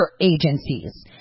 agencies